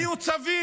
לא יהיו צווים?